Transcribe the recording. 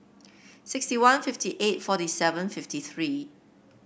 sixty one fifty eight forty seven fifty three